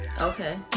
okay